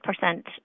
percent